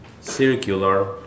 circular